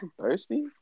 thirsty